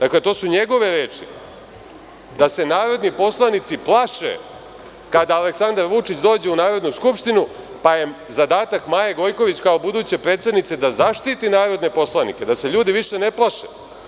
Dakle to su njegove reči, da se narodni poslanici plaše kada Aleksandar Vučić dođe u Narodnu skupštinu, pa je zadatak Maje Gojković, kao buduće predsednice da zaštiti narodne poslanike, da se ljudi više ne plaše.